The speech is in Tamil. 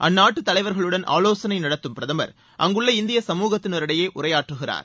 அந்நாட்டு தலைவர்களுடன் ஆலோசனை நடத்தும் பிரதமர் அங்குள்ள இந்திய சமூகத்தினரிடையே உரையாற்றுகிறார்